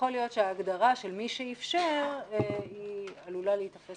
יכול להיות שההגדרה של מי שאיפשר היא עלולה להיתפס